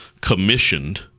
commissioned